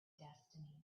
destiny